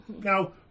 Now